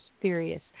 furious